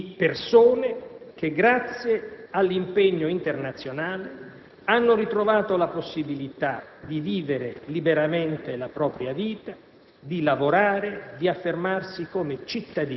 Ancora qualche giorno fa, nella Conferenza internazionale con le donne afghane, che si è svolta a Roma, abbiamo sentito tante testimonianze significative